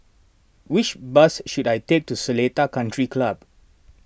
which bus should I take to Seletar Country Club